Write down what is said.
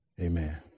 Amen